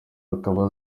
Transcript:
akaba